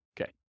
Okay